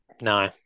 No